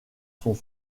sont